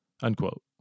unquote